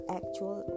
actual